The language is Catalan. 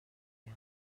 dia